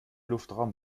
luftraum